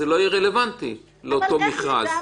זה לא יהיה רלוונטי לאותו מכרז.